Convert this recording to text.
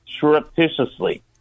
surreptitiously